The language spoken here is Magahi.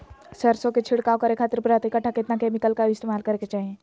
सरसों के छिड़काव करे खातिर प्रति कट्ठा कितना केमिकल का इस्तेमाल करे के चाही?